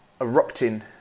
Erupting